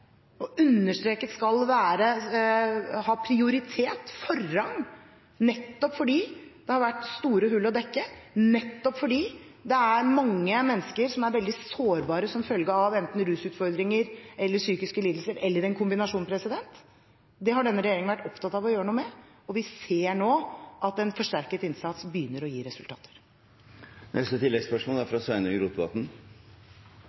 skal ha prioritet, forrang, nettopp fordi det har vært store hull å dekke, nettopp fordi det er mange mennesker som er veldig sårbare som følge av enten rusutfordringer, psykiske lidelser eller en kombinasjon av disse. Det har denne regjeringen vært opptatt av å gjøre noe med, og vi ser nå at en forsterket innsats begynner å gi resultater. Sveinung Rotevatn – til oppfølgingsspørsmål. No er